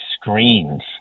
screens